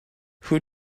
who